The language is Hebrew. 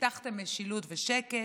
הבטחתם משילות ושקט,